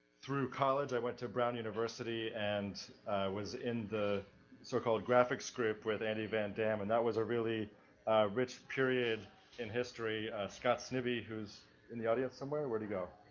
through college. i went to brown university and was in the so-called graphics group with andy van dam, and that was a really rich period in history, scott snibbe, who's in the audience somewhere? where'd he go?